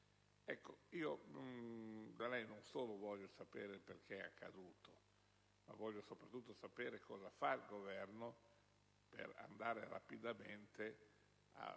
Io da lei non solo voglio sapere perché è accaduto, ma soprattutto cosa fa il Governo per andare rapidamente al